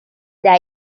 there